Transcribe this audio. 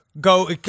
go